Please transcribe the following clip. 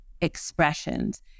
expressions